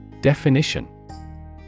Definition